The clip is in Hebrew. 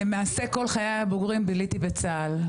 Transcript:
למעשה כל חיי הבוגרים בילית בצה"ל,